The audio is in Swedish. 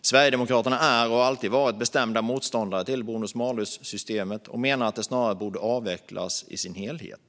Sverigedemokraterna är och har alltid varit bestämda motståndare till bonus malus-systemet och menar att det snarare borde avvecklas i sin helhet.